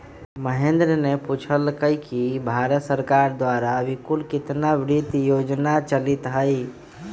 महेंद्र ने पूछल कई कि भारत सरकार द्वारा अभी कुल कितना वित्त योजना चलीत हई?